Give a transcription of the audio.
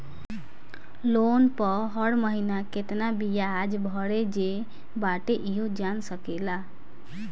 loan पअ हर महिना केतना बियाज भरे जे बाटे इहो जान सकेला